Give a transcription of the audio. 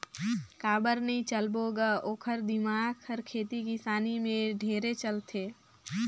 काबर नई चलबो ग ओखर दिमाक हर खेती किसानी में ढेरे चलथे